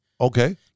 Okay